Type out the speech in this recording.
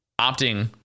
opting